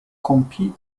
compì